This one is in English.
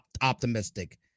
optimistic